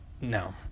No